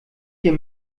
hier